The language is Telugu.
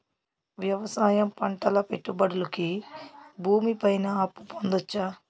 వ్యవసాయం పంటల పెట్టుబడులు కి భూమి పైన అప్పు పొందొచ్చా?